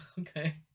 Okay